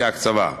כהקצבה.